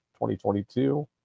2022